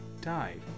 died